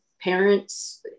parents